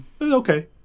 okay